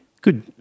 Good